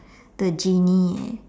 the genie